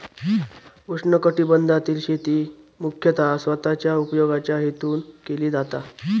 उष्णकटिबंधातील शेती मुख्यतः स्वतःच्या उपयोगाच्या हेतून केली जाता